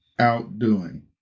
outdoing